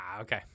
okay